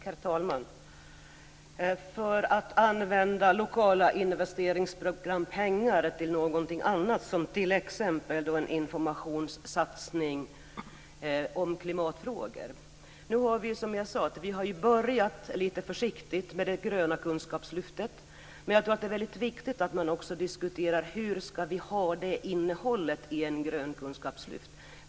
Herr talman! När det gäller att använda lokala investeringsprogrampengar till någonting annat som t.ex. en informationssatsning om klimatfrågor har vi börjat lite försiktigt med det gröna kunskapslyftet, men det är viktigt att vi också diskuterar innehållet i ett grönt kunskapslyft.